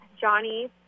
Johnny